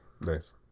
Nice